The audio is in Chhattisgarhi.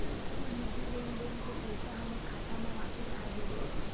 मोर निधि लेन देन के पैसा हा मोर खाता मा वापिस आ गे